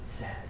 says